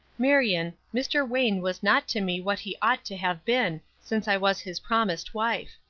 marion, mr. wayne was not to me what he ought to have been, since i was his promised wife.